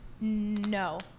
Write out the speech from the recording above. No